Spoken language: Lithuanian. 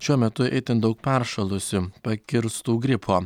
šiuo metu itin daug peršalusių pakirstų gripo